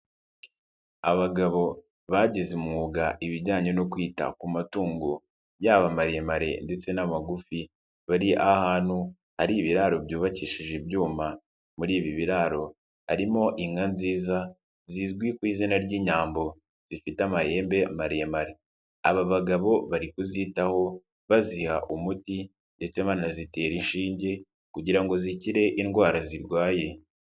Abagabo bagize umwuga ibijyanye no kwita ku matungo yaba amaremare ndetse n'amagufi, bari ahantu hari ibiraro byubakishije ibyuma, muri ibi biraro harimo inka nziza zizwi ku izina ry'inyambo zifite amahembe maremare, aba bagabo bari kuzitaho baziha umuti ndetse banazitera inshinge kugira ngo zikire indwara zirwaye.